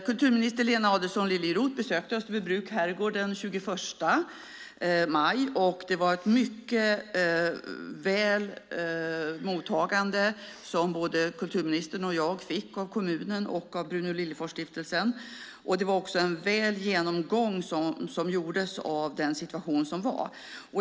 Kulturminister Lena Adelsohn Liljeroth besökte Österbybruks herrgård den 21 maj, och det var ett mycket bra mottagande som kulturministern och jag fick av kommunen och av Bruno Liljefors stiftelse. Det var en bra genomgång som gjordes av situationen.